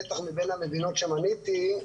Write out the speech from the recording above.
בטח מבין המדינות שמניתי,